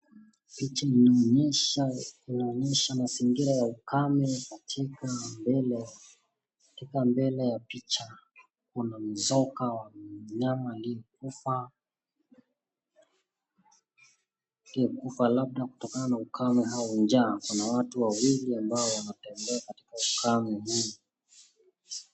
Picha inaonyesha mazingira ya ukame katika mbele ya picha Kuna mzoga wa nyama uliokufa labda kutokanana ukame au njaa, Kuna watu wawili ambao wanaotembea katika ukame huu.